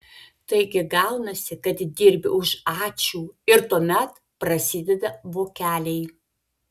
taigi gaunasi kad dirbi už ačiū ir tuomet prasideda vokeliai